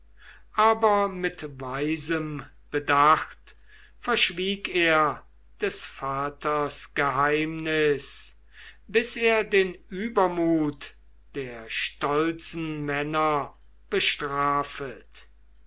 aber mit weisem bedacht verschwieg er des vaters geheimnis bis er den übermut der stolzen männer bestrafet